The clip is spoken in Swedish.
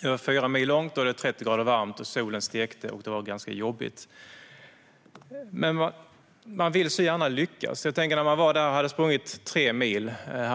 Det var över fyra mil långt, det var 30 grader varmt, solen stekte och det var ganska jobbigt. Jag tänker på när jag hade sprungit tre mil och hade drygt en mil kvar.